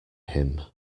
him